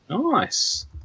Nice